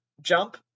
jump